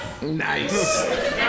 Nice